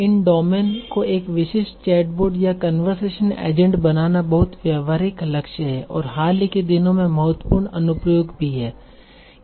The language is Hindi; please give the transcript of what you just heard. इन डोमेन को एक विशिष्ट चैटबॉट या कन्वर्सेशन एजेंट बनाना बहुत व्यावहारिक लक्ष्य है और हाल के दिनों में महत्वपूर्ण अनुप्रयोग भी है